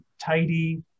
tidy